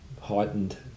heightened